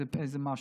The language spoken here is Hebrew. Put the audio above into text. איזה משהו.